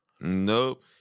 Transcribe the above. Nope